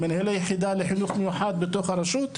למנהל היחידה לחינוך מיוחד בתוך הרשות,